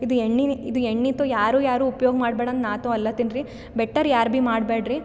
ಇದು ಎಣ್ಣೆ ಇದು ಎಣ್ಣೆ ತೊ ಯಾರು ಯಾರು ಉಪ್ಯೋಗ ಮಾಡಬೇಡ ಅಂತ ನಾತೋ ಅಲ್ಲಾತ್ತಿನ್ರಿ ಬೆಟರ್ ಯಾರು ಬಿ ಮಾಡಬೇಡ್ರಿ